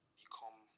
become